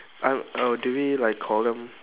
uh uh do we like call them